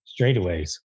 straightaways